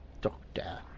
Doctor